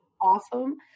awesome